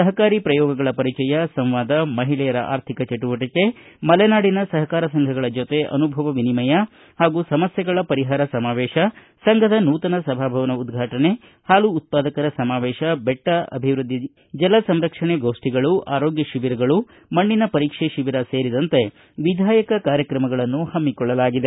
ಸಪಕಾರೀ ಪ್ರಯೋಗಗಳ ಪರಿಚಯ ಸಂವಾದ ಮಹಿಳೆಯರ ಅರ್ಥಿಕ ಚಟುವಟಿಕೆ ಮಲೆನಾಡಿನ ಸಪಕಾರ ಸಂಘಗಳ ಜೊತೆ ಅನುಭವ ವಿನಿಮಯ ಪಾಗೂ ಸಮಸ್ಕೆಗಳು ಪರಿಪಾರ ಸಮಾವೇಶ ಸಂಘದ ನೂತನ ಸಭಾಭವನ ಉದ್ಘಾಟನೆ ಪಾಲು ಉತ್ಪಾದಕರ ಸಮಾವೇಶ ಬೆಟ್ಟಿ ಅಭಿವ್ಯದ್ಧಿ ಜಲಸಂರಕ್ಷಣೆ ಗೋಷ್ಠಿಗಳು ಆರೋಗ್ಯ ಶಿಬಿರಗಳು ಮಣ್ಣಿನ ಪರೀಕ್ಷೆ ಶಿಬಿರ ಸೇರಿದಂತೆ ವಿಧಾಯಕ ಕಾರ್ಯಕ್ರಮಗಳನ್ನು ಹಮ್ಮಿಕೊಳ್ಳಲಾಗಿದೆ